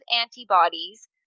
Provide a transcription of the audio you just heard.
antibodies